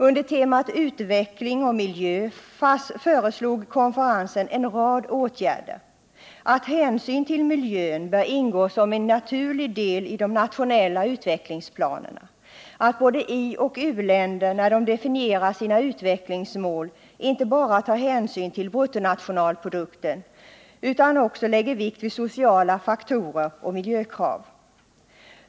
Under temat Utveckling och miljö föreslog konferensen en rad åtgärder, bl.a. att hänsyn till miljön bör ingå som en naturlig del i de nationella utvecklingsplanerna, att både ioch u-länder när de definierar sina utvecklingsmål inte bara tar hänsyn till bruttonationalprodukten utan lägger vikt vid sociala faktorer och miljökrav.